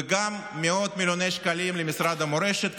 וגם מאות מיליוני שקלים למשרד המורשת,